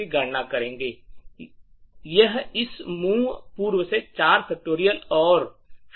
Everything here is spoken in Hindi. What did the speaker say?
की गणना करेंगे यह इस mov पूर्व से 4